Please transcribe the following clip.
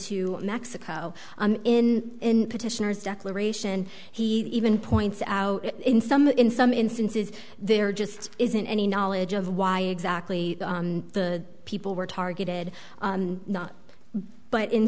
to mexico in petitioner's declaration he even points out in some in some instances there just isn't any knowledge of why exactly the people were targeted not but